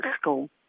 school